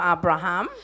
Abraham